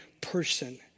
person